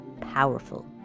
powerful